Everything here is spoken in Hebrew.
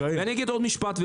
אני אגיד עוד משפט.